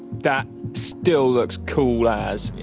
that still looks cool ass. yeah.